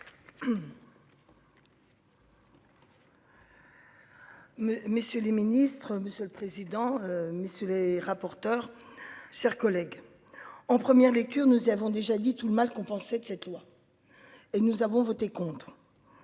Messieurs les Ministres, Monsieur le Président, messieurs les rapporteurs, chers collègues. En première lecture, nous avons déjà dit tout le mal qu'on pensait de cette loi. Et nous avons voté contre.